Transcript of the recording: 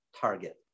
Target